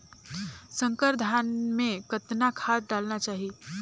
संकर धान मे कतना खाद डालना चाही?